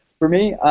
for me,